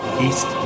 East